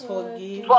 Forgive